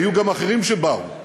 היו גם אחרים שבאו,